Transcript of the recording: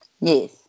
Yes